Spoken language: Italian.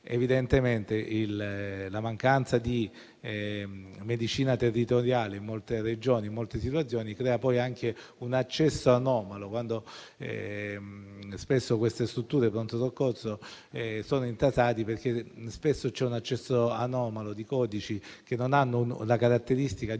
evidentemente la mancanza di medicina territoriale in molte Regioni e in molte situazioni crea anche un accesso anomalo: spesso infatti le strutture dei pronto soccorso sono intasate perché c'è un accesso anomalo di codici che non hanno la caratteristica di urgenza;